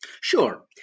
Sure